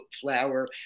Flower